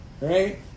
right